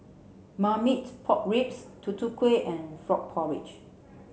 Marmite Pork Ribs tutu Kueh and frog porridge